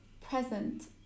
present